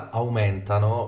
aumentano